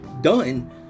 done